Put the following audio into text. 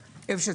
זה לא ממשלה.